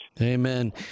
Amen